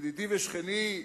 ידידי ושכני,